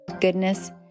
goodness